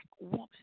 woman